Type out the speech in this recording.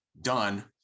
done